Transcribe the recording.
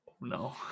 No